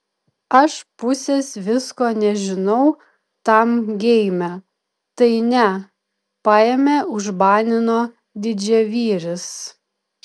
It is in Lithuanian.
aš pusės visko nežinau tam geime tai ne paėmė užbanino didžiavyris